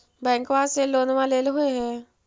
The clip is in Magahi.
बैंकवा से लोनवा लेलहो हे?